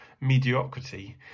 mediocrity